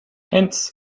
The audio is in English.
hence